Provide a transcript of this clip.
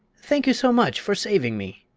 thank you so much for saving me!